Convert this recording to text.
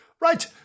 Right